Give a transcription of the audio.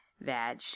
vag